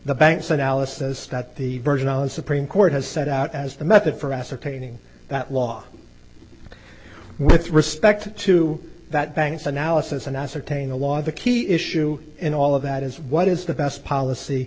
the bank's analysis that the virgin islands supreme court has set out as the method for ascertaining that law with respect to that bank's analysis and ascertain the law the key issue in all of that is what is the best policy